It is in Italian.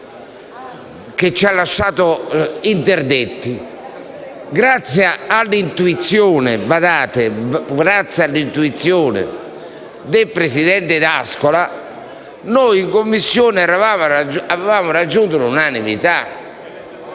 e ci ha lasciato interdetti. Grazie all'intuizione del presidente D'Ascola, in Commissione avevamo raggiunto l'unanimità;